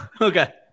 Okay